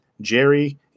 Jerry